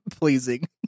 pleasing